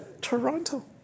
Toronto